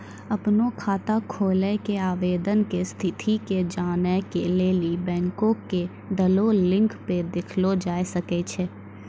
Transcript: अपनो खाता खोलै के आवेदन के स्थिति के जानै के लेली बैंको के देलो लिंक पे देखलो जाय सकै छै